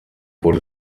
wurde